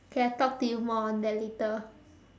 okay I talk to you more on that later